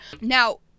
Now